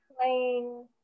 playing